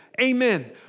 Amen